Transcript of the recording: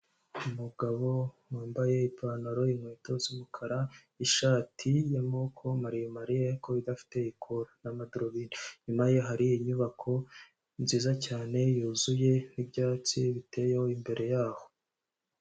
Umugabo wambaye ipantaro inkweto z'umukara ni ishati yamako maremare kuba idafite ikora n'amadarubindi inyuma ye hari inyubako nziza cyane yuzuye n'ibyatsi biteyeho imbere yaho.